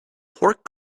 pork